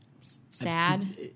sad